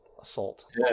assault